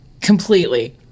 Completely